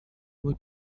быть